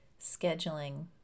scheduling